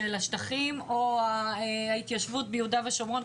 השטחים או ההתיישבות ביהודה ושומרון,